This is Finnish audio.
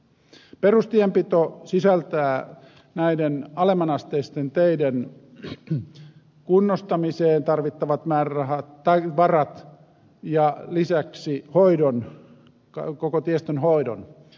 perustienpito sisältää alemmanasteisiin teihin tarvittavat varat ja lisäksi koko tiestön hoidon